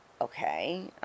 okay